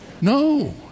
No